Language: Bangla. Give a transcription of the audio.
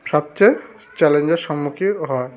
সবচেয়ে চ্যালেঞ্জের সম্মুখীন হয়